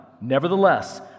Nevertheless